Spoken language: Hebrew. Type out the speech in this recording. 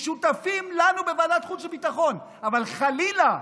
ושותפים לנו בוועדת החוץ והביטחון, אבל חלילה,